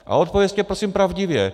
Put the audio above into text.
A odpovězte prosím pravdivě.